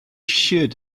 should